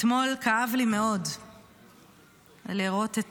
אתמול כאב לי מאוד לראות את